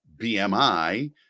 BMI